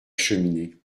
cheminée